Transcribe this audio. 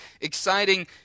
exciting